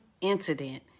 incident